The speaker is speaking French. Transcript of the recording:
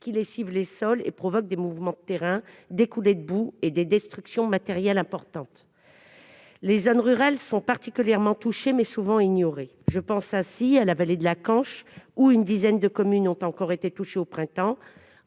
qui lessivent les sols et provoquent des mouvements de terrain, des coulées de boue et des destructions matérielles importantes. Les zones rurales sont particulièrement touchées, mais souvent ignorées. Je pense ainsi à la vallée de la Canche, où une dizaine de communes ont encore été touchées au printemps